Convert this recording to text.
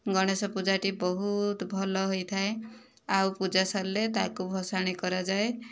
ଗଣେଶ ପୂଜାଟି ବହୁତ ଭଲ ହୋଇଥାଏ ଆଉ ପୂଜା ସାରିଲେ ତାହାକୁ ଭସାଣି କରାଯାଏ